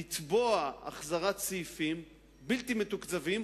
לתבוע החזרת סעיפים בלתי מתוקצבים,